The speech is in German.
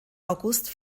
august